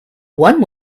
one